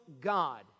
God